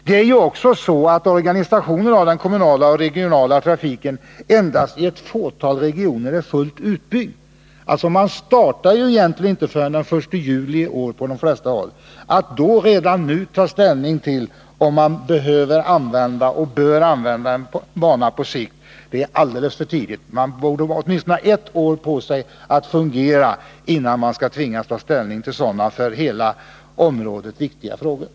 Det är också så att organisationen av den kommunala och regionala trafiken endast i ett fåtal regioner är fullt utbyggd. Man startar på de flesta håll egentligen inte förrän den 1 juli i år. Därför är det alldeles för tidigt att redan nu ta ställning till om man på sikt behöver eller bör använda en bana. Man borde åtminstone ha ett år på sig, innan man skall tvingas ta ställning till sådana för hela området viktiga frågor.